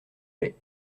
lait